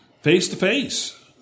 face-to-face